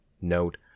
Note